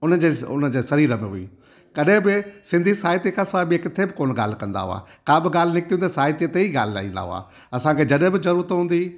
हुनजे हुनजे सरीर में हुई कॾहिं बि सिंधी साहित्य खां सवाइ ॿिए किथे बि कोन्ह ॻाल्हि कंदा हुआ का ब ॻाल्हि निकितियूं त साहित्य ते ई ॻाल्हि लाईंदा हुआ असांखे जॾहिं बि जरूरत हूंदी हुई